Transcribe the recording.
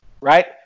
Right